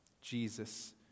Jesus